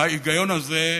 בהיגיון הזה,